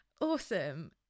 awesome